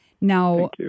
Now